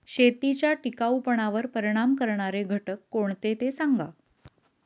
शेतीच्या टिकाऊपणावर परिणाम करणारे घटक कोणते ते सांगा